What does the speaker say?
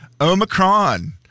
Omicron